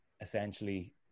essentially